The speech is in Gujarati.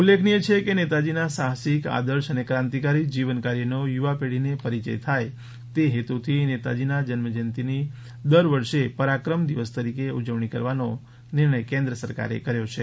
ઉલ્લેખનીય છે કે નેતાજીના સાહસિક આદર્શ અને ક્રાંતિકારી જીવન કાર્યનો યુવા પેઢીને પરિચય થાય તે હેતુથી નેતાજીના જન્મજયંતીની દરવર્ષે પરાક્રમદિવસ તરીકે ઉજવણી કરવાનો નિર્ણય કેન્દ્ર સરકારે કર્યો છે